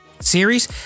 series